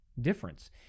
difference